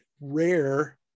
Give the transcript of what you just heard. rare